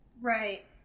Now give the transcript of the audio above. Right